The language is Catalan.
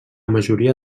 majoria